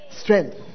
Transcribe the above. Strength